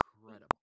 Incredible